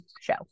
show